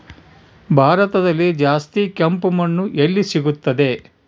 ಭಾರತದಲ್ಲಿ ಜಾಸ್ತಿ ಕೆಂಪು ಮಣ್ಣು ಎಲ್ಲಿ ಸಿಗುತ್ತದೆ?